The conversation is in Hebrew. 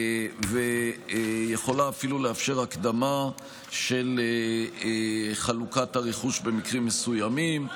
והיא יכולה אפילו לאפשר הקדמה של חלוקת הרכוש במקרים מסוימים.